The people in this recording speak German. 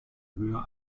höher